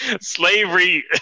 slavery